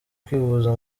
kwivuza